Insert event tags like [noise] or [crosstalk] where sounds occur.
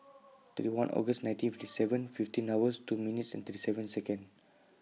[noise] three one August nineteen fifty seven fifteen hours two minute thirty seven Second